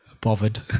Bothered